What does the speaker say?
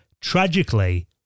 tragically